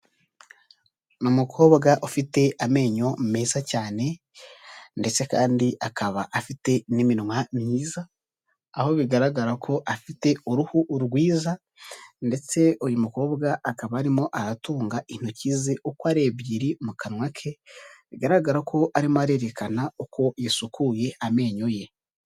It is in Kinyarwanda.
Ni umukobwa ufite amenyo meza cyane, ndetse kandi akaba afite n'iminwa myiza, aho bigaragara ko afite uruhu rwiza, ndetse uyu mukobwa akaba arimo aratunga intoki ze uko ari ebyiri mu kanwa ke, bigaragara ko arimo arerekana uko yasukuye amenyo ye.